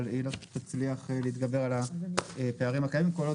אבל היא לא תצליח להתגבר על הפערים הקיימים כל עוד